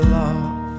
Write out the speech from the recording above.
love